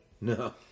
No